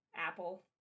apple